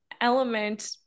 element